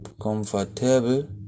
Comfortable